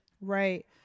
Right